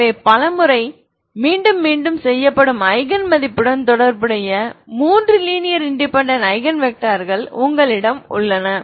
எனவே பல முறை மீண்டும் மீண்டும் செய்யப்படும் ஐகன் மதிப்புடன் தொடர்புடைய மூன்று லீனியர் இன்டெபேன்டென்ட் ஐகன் வெக்டர்கள் உங்களிடம் உள்ளன